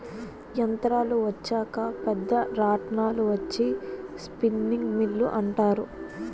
యంత్రాలు వచ్చాక పెద్ద రాట్నాలు వచ్చి స్పిన్నింగ్ మిల్లు అంటారు